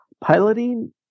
piloting